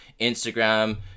Instagram